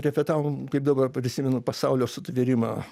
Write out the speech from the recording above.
repetavom kaip dabar prisimenu pasaulio sutvėrimą